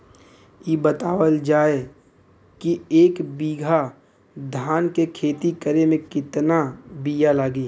इ बतावल जाए के एक बिघा धान के खेती करेमे कितना बिया लागि?